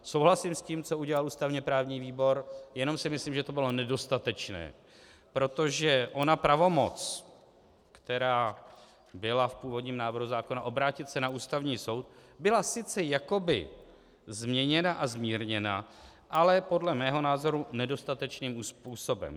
Souhlasím s tím, co udělal ústavněprávní výbor, jenom si myslím, že to bylo nedostatečné, protože ona pravomoc, která byla v původním návrhu zákona, obrátit se na Ústavní soud, byla sice jakoby změněna a zmírněna, ale podle mého názoru nedostatečným způsobem.